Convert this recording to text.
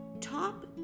top